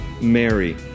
Mary